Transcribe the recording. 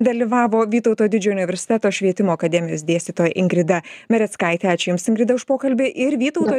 dalyvavo vytauto didžiojo universiteto švietimo akademijos dėstytoja ingrida mereckaitė ačiū jums ingrida už pokalbį ir vytauto